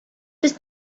без